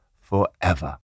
forever